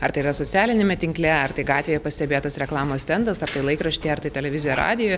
ar tai yra socialiniame tinkle ar tai gatvėje pastebėtas reklamos stendas ar tai laikraštyje ar tai televizijoje ar radijuj